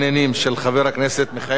של חבר הכנסת מיכאל בן-ארי.